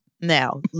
Now